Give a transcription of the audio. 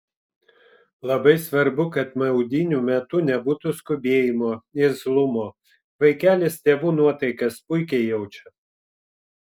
labai svarbu kad maudynių metu nebūtų skubėjimo irzlumo vaikelis tėvų nuotaikas puikiai jaučia